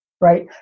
right